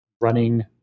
running